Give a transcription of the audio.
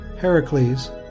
Heracles